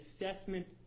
assessment